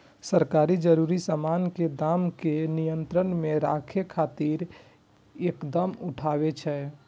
सरकार जरूरी सामान के दाम कें नियंत्रण मे राखै खातिर कदम उठाबै छै